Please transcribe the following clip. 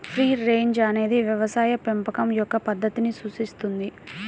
free range అనేది వ్యవసాయ పెంపకం యొక్క పద్ధతిని సూచిస్తుంది